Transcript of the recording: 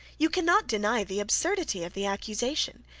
you cannot deny the absurdity of the accusation,